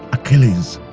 achilles,